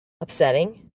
upsetting